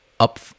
Up